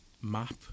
map